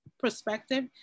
perspective